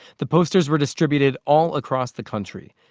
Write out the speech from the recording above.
the posters were distributed all across the country.